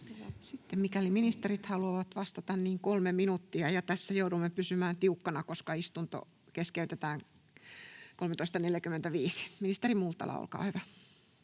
Sitten mikäli ministerit haluavat vastata, niin kolme minuuttia, ja tässä joudumme pysymään tiukkana, koska istunto keskeytetään kello 13.45. — Ministeri Multala, olkaa hyvä.